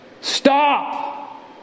stop